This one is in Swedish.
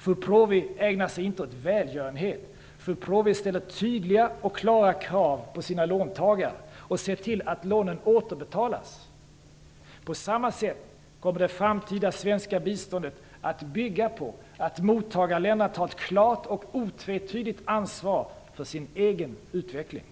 Fuprovi ägnar sig inte åt välgörenhet. Fuprovi ställer tydliga och klara krav på sina låntagare och ser till att lånen återbetalas. På samma sätt kommer det framtida svenska biståndet att bygga på att mottagarländer tar ett klart och otvetydigt ansvar för sin egen utveckling.